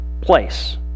place